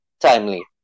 Timely